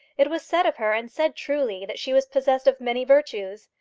it was said of her, and said truly, that she was possessed of many virtues.